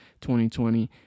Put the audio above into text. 2020